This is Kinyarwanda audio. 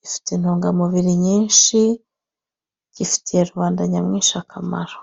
gifite intungamubiri nyinshi, gifitiye rubanda nyamwinshi akamaro.